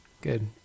good